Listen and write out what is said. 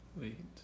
Wait